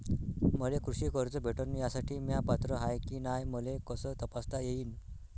मले कृषी कर्ज भेटन यासाठी म्या पात्र हाय की नाय मले कस तपासता येईन?